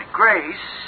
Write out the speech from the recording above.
grace